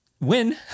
win